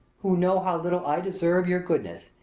who know how little i deserve your goodness,